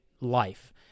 life